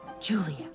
Julia